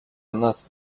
нас